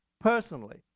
personally